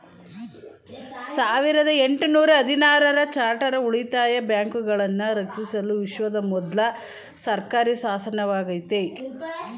ಸಾವಿರದ ಎಂಟು ನೂರ ಹದಿನಾರು ರ ಚಾರ್ಟರ್ ಉಳಿತಾಯ ಬ್ಯಾಂಕುಗಳನ್ನ ರಕ್ಷಿಸಲು ವಿಶ್ವದ ಮೊದ್ಲ ಸರ್ಕಾರಿಶಾಸನವಾಗೈತೆ